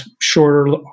shorter